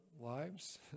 lives